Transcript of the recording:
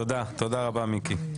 תודה רבה מיקי.